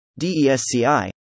DESCI